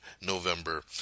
November